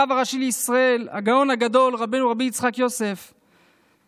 הרב הראשי לישראל הגאון הגדול רבנו רבי יצחק יוסף שליט"א,